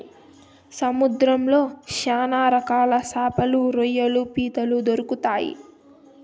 సముద్రంలో శ్యాన రకాల శాపలు, రొయ్యలు, పీతలు దొరుకుతాయి